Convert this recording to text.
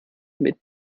mit